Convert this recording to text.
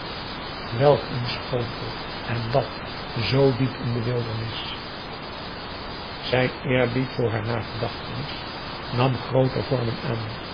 welk een schotel en dat zoo diep in de wildernis zijn eerbied voor haar nagedachtenis nam grooter vormen aan